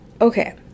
Okay